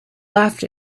laughed